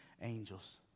angels